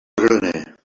graner